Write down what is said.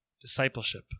discipleship